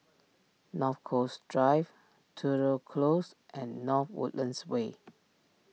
North Coast Drive Tudor Close and North Woodlands Way